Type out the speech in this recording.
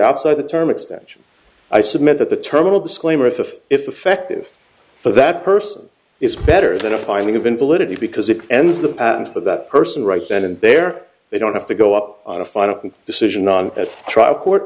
outside the term extension i submit that the terminal disclaimer if effective for that person is better than a finding of invalidity because it ends the patent for that person right then and there they don't have to go up on a final decision on a trial court